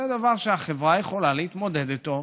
זה דבר שהחברה יכולה להתמודד איתו,